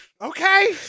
Okay